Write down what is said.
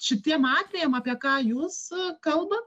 šitiem atvejam apie ką jūs kalbat